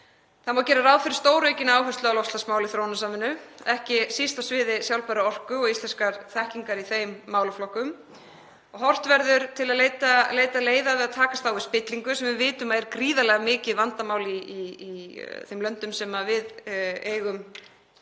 Það má gera ráð fyrir stóraukinni áherslu á loftslagsmál í þróunarsamvinnunni, ekki síst á sviði sjálfbærrar orku og íslenskrar þekkingar í þeim málaflokkum. Leitað verður leiða við að takast á við spillingu, sem við vitum að er gríðarlega mikið vandamál í þeim löndum sem við eigum